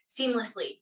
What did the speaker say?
seamlessly